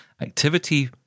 activity